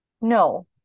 No